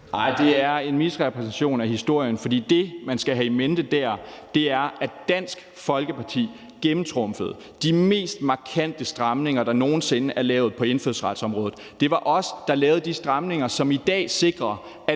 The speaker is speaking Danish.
det er en misrepræsentation af historien, for det, man skal have i mente dér, er, at Dansk Folkeparti gennemtrumfede de mest markante stramninger, der nogen sinde er lavet på indfødsretsområdet. Det var os, der lavede de stramninger, som i dag sikrer,